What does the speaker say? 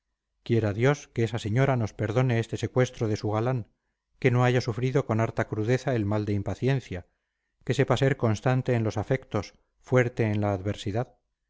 quiera dios que esa señora nos perdone este secuestro de su galán que no haya sufrido con harta crudeza el mal de impaciencia que sepa ser constante en los afectos fuerte en la adversidad